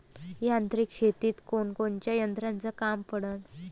यांत्रिक शेतीत कोनकोनच्या यंत्राचं काम पडन?